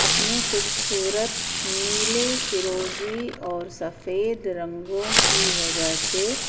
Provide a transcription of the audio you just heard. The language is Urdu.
اپنے خوبصورت نیلے فیروزی اور سفید رنگوں کی وجہ سے